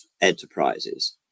enterprises